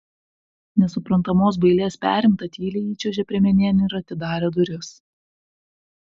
nesuprantamos bailės perimta tyliai įčiuožė priemenėn ir atidarė duris